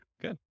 Good